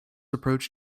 approach